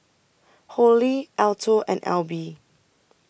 Holli Alto and Alby